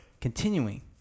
continuing